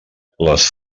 les